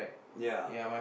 ya